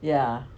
yeah